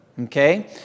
okay